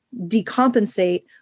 decompensate